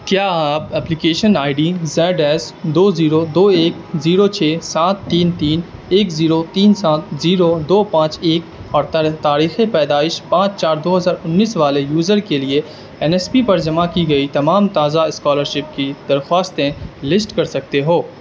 کیا آپ application I D Z S دو زیرو دو ایک زیرو چھ سات تین تین ایک زیرو تین سات زیرو دو پانچ ایک اور تاریخ پیدائش پانچ چار دو ہزار انیس والے یوزر کے لیے این ایس پی پر جمع کی گئی تمام تازہ اسکالرشپ کی درخواستیں لسٹ کر سکتے ہو